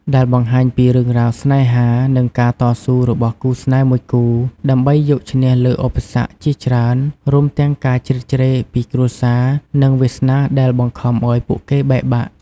ដែលបង្ហាញពីរឿងរ៉ាវស្នេហា និងការតស៊ូរបស់គូស្នេហ៍មួយគូ ដើម្បីយកឈ្នះលើឧបសគ្គជាច្រើន រួមទាំងការជ្រៀតជ្រែកពីគ្រួសារ និងវាសនាដែលបង្ខំឲ្យពួកគេបែកបាក់។